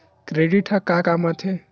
Credit ह का काम आथे?